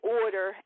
order